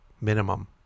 minimum